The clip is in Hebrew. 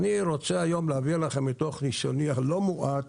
אני רוצה היום להעביר לכם מתוך ניסיוני הלא מועט,